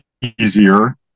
easier